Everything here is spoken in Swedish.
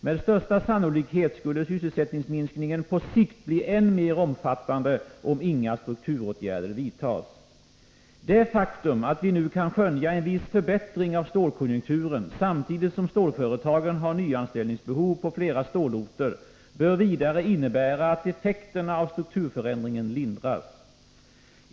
Med största sannolikhet skulle sysselsättningsminskningen på sikt bli än mer omfattande om inga strukturåtgärder vidtas. Det faktum att vi nu kan skönja en viss förbättring av stålkonjunkturen samtidigt som stålföretagen har nyanställningsbehov på flera stålorter bör vidare innebära att effekterna av strukturförändringen lindras.